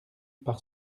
par